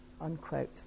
unquote